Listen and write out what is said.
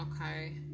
okay